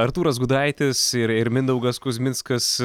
artūras gudaitis ir ir mindaugas kuzminskas